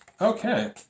Okay